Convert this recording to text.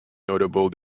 notable